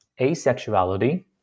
asexuality